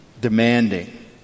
demanding